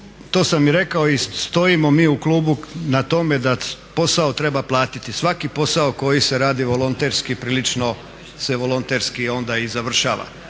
to sam i rekao i stojimo mi u klubu na tome da posao treba platiti, svaki posao koji se radi volonterski, prilično se volonterski onda i završava.